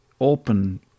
open